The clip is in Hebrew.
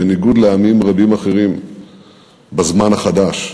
בניגוד לעמים רבים אחרים בזמן החדש.